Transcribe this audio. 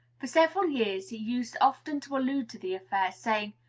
for several years he used often to allude to the affair, saying,